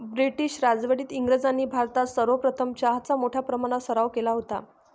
British राजवटीत इंग्रजांनी भारतात सर्वप्रथम चहाचा मोठ्या प्रमाणावर सराव केला होता